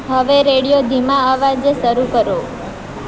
હવે રેડિયો ધીમા અવાજે શરૂ કરો